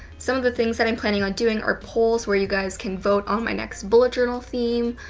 some of the things that i'm planning on doing are polls where you guys can vote on my next bullet journal theme,